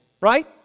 right